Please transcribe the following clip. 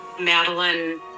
Madeline